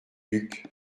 duc